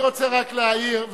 אני רוצה רק להעיר,